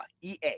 Ea